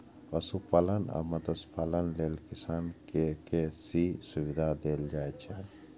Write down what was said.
पशुपालन आ मत्स्यपालन लेल किसान कें के.सी.सी सुविधा देल जाइ छै